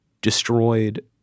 destroyed